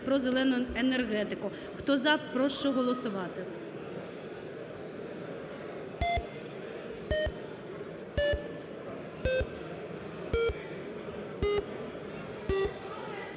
про "зелену" енергетику. Хто – за, прошу голосувати.